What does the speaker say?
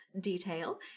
detail